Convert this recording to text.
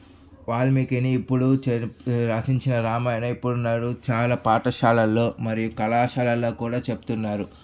వాల్మీకీని ఇప్పుడు రచించిన రామాయణం ఎప్పుడున్నారు చాలా పాఠశాలల్లో మరియు కళాశాలల్లో కూడా చెప్తున్నారు